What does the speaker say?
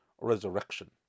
resurrection